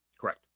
Correct